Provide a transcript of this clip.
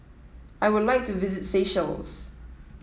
I would like to visit Seychelles